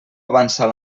avançar